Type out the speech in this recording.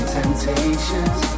temptations